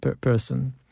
person